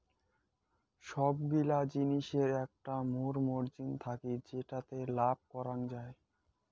সবগিলা জিলিসের একটা মোর মার্জিন থাকি যেটাতে লাভ করাঙ যাই